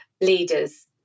leaders